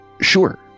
Sure